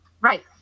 Right